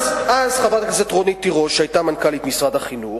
חברת הכנסת רונית תירוש היתה מנכ"לית משרד החינוך,